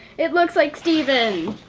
it looks like stephen.